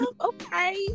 Okay